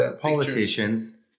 Politicians